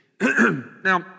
Now